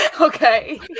Okay